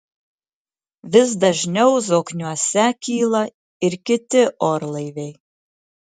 vis dažniau zokniuose kyla ir kiti orlaiviai